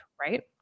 right